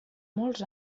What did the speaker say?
molts